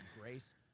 Grace